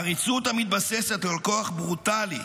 עריצות המתבססת על כוח ברוטלי,